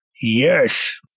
yes